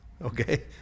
okay